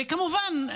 וכמובן,